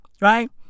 right